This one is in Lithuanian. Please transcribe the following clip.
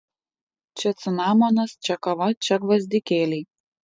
čia cinamonas čia kava čia gvazdikėliai